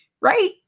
right